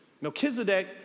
Melchizedek